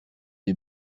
des